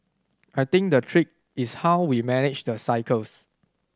I think the trick is how we manage the cycles